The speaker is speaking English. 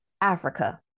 Africa